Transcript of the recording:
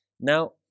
Now